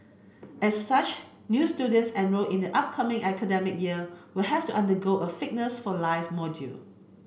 as such new students enrolled in the upcoming academic year will have to undergo a fitness for life module